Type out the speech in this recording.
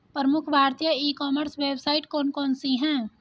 प्रमुख भारतीय e commerce website कौन कौन सी हैं?